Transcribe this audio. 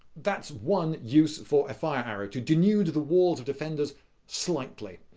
that's one use for a fire arrow. to denude the walls of defenders slightly.